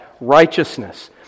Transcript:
righteousness